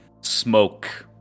smoke